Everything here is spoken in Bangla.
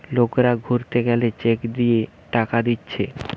লোকরা ঘুরতে গেলে চেক দিয়ে টাকা দিচ্ছে